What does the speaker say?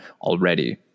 already